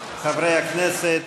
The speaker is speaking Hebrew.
חברי הכנסת,